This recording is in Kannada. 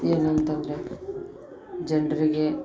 ಏನಂತಂದರೆ ಜನರಿಗೆ